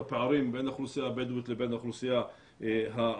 הפערים בין האוכלוסייה הבדואית לבין האוכלוסייה הערבית,